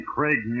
Craig